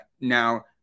Now